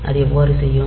அது எவ்வாறு செய்யும்